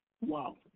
Wow